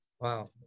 Wow